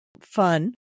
fun